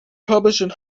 published